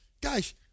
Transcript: Guys